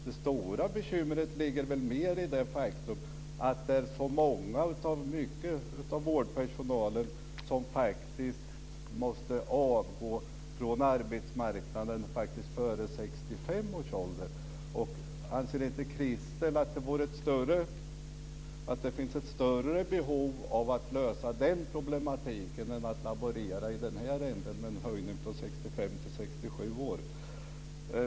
Det stora bekymret ligger väl mer i det faktum att det är många inom vårdpersonalen som faktiskt måste avgå från arbetsmarknaden före 65 års ålder. Anser inte Christel att det finns ett större behov av att lösa den problematiken än av att laborera i den här änden med en höjning från 65 till 67 år?